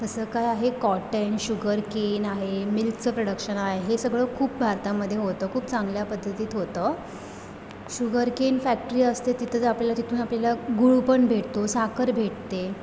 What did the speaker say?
जसं काय आहे कॉटन शुगरकेन आहे मिल्कचं प्रोडक्शन आहे हे सगळं खूप भारतामध्ये होतं खूप चांगल्या पद्धतीत होतं शुगरकेन फॅक्टरी असते तिथं जर आपल्याला तिथून आपल्याला गूळ पण भेटतो साखर भेटते